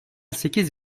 sekiz